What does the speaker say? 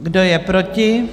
Kdo je proti?